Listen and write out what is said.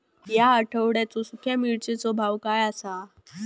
या आठवड्याचो सुख्या मिर्चीचो भाव काय आसा?